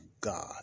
God